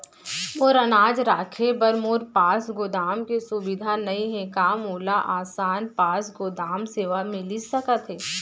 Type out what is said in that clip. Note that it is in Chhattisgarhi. मोर अनाज रखे बर मोर पास गोदाम के सुविधा नई हे का मोला आसान पास गोदाम सेवा मिलिस सकथे?